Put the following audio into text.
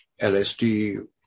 LSD